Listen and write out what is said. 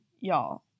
Y'all